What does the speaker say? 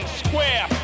square